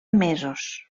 mesos